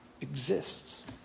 exists